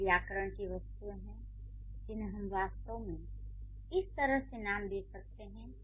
कुछ व्याकरण की वस्तुएं हैं जिन्हें हम वास्तव में इस तरह से नाम दे सकते हैं